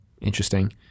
interesting